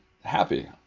happy